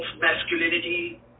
masculinity